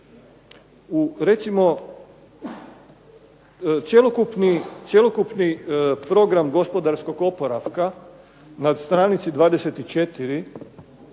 Recimo, cjelokupni program gospodarskog oporavka na stranici 24